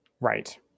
Right